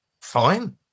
fine